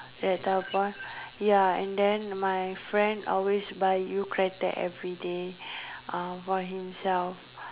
that type of point ya and then my friend always buy everyday uh for himself